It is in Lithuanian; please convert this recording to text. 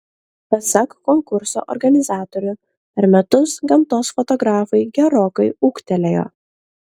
pasak konkurso organizatorių per metus gamtos fotografai gerokai ūgtelėjo